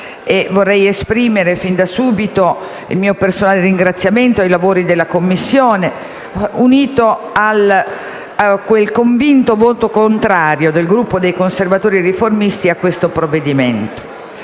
vorrei esprimere fin da subito il mio personale ringraziamento per i lavori della Commissione, unito al convinto voto contrario del Gruppo dei Conservatori Riformisti a questo provvedimento,